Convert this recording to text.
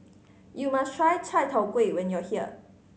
you must try Chai Tow Kuay when you are here